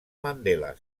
mandela